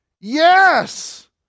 Yes